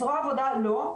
זרוע עבודה לא.